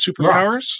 superpowers